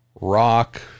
rock